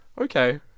Okay